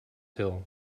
hill